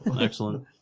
Excellent